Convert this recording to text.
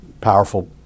powerful